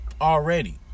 already